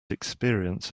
experience